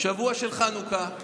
שבוע של חנוכה.